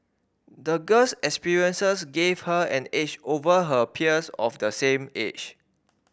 the girl's experiences gave her an edge over her peers of the same age